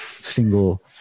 single